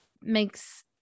makes